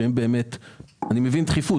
שאני מבין את הדחיפות.